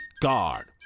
Guard